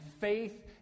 faith